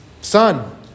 son